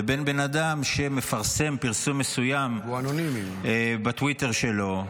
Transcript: לבין בן אדם שמפרסם פרסום מסוים בטוויטר שלו -- הוא אנונימי.